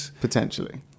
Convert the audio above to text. potentially